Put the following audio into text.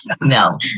No